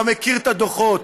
אתה מכיר את הדוחות,